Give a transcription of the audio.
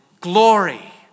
Glory